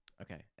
okay